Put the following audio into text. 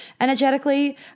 energetically